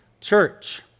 church